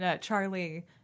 Charlie—